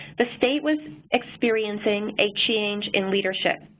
the state was experiencing a change in leadership.